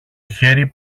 χέρι